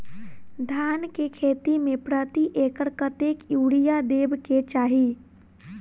धान केँ खेती मे प्रति एकड़ कतेक यूरिया देब केँ चाहि?